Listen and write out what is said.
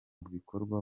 bikorwa